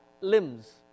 limbs